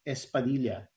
Espadilla